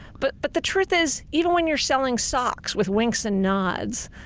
but but the truth is, even when you're selling socks with winks and nods,